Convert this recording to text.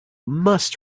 must